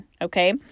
Okay